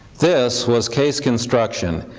this was case construction,